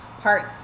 parts